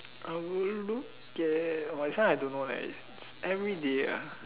I would look at !wah! this one I don't know leh everyday ah